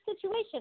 situation